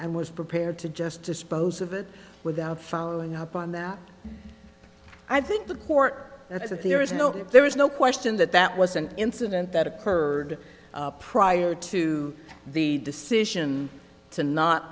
and was prepared to just dispose of it without following up on that i think the court that is that there is no if there is no question that that was an incident that occurred prior to the decision to not